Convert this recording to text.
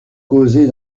causer